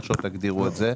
איך שלא תגדירו את זה,